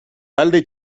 talde